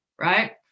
Right